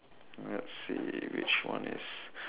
let's see which one is